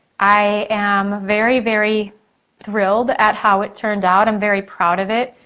i am very, very thrilled at how it turned out. i'm very proud of it.